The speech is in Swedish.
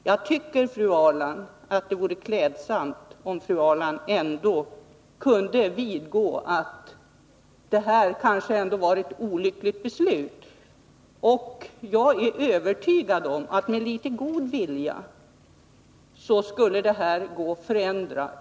Jag tycker att det vore klädsamt om fru Ahrland kunde vidgå att det här kanske var ett olyckligt beslut. Jag är övertygad om att det med litet god vilja skulle gå att ändra detta.